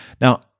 Now